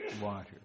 water